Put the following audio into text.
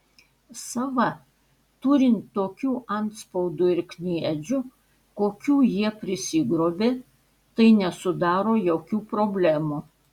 sava turint tokių antspaudų ir kniedžių kokių jie prisigrobė tai nesudaro jokių problemų